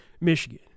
Michigan